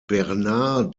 bernard